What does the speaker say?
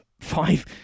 five